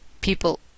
People